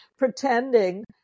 pretending